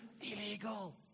illegal